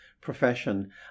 profession